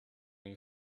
you